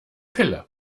pille